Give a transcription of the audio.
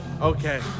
Okay